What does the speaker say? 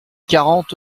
quarante